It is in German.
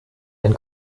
ein